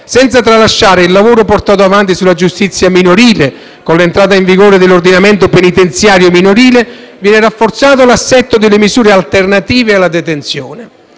senza tralasciare il lavoro portato avanti sulla giustizia minorile. Con l'entrata in vigore dell'ordinamento penitenziario minorile viene rafforzato l'assetto delle misure alternative alla detenzione.